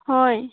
ꯍꯣꯏ